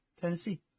Tennessee